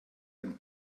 ein